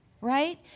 right